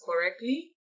correctly